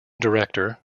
director